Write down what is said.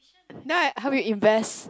no I help you invest